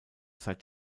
seit